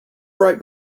right